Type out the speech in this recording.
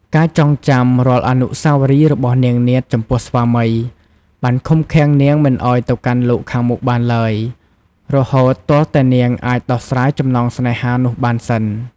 ការចងចាំរាល់អនុស្សវរីរបស់នាងនាថចំពោះស្វាមី បានឃុំឃាំងនាងមិនឱ្យទៅកាន់លោកខាងមុខបានឡើយ រហូតទាល់តែនាងអាចដោះស្រាយចំណងស្នេហានោះបានសិន ។